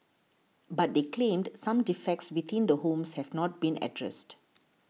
but they claimed some defects within the homes have not been addressed